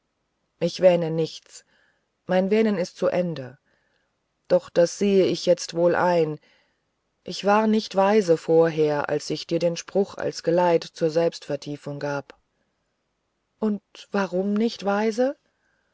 ich wähne nichts mein wähnen ist zu ende doch das sehe ich jetzt wohl ein ich war nicht weise vorher als ich dir den spruch als geleite zur selbstvertiefung gab und warum nicht weise